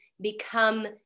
become